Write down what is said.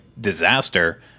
Disaster